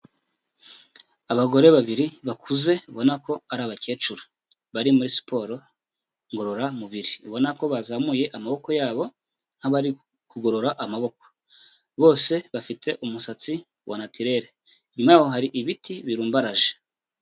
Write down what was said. Abagore babiri bakuze ubona ko ari abakecuru bari muri siporo ngororamubiri, ubona ko bazamuye amaboko yabo nk'abari kugorora amaboko. Bose bafite umusatsi wa natirere inyuma yaho hari ibiti birumbaraje.